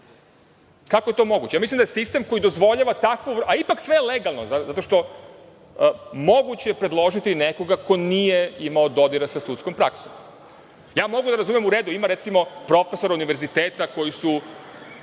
Kako je to moguće? Mislim da je sistem koji dozvoljava takvu, a ipak, sve je legalno, zato što je moguće predložiti nekoga ko nije imao dodira sa sudskom praksom. Mogu da razumem, u redu, ima recimo profesora univerziteta koji su